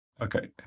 Okay